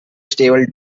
stable